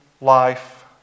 life